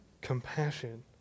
compassion